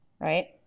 right